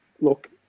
look